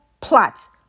plots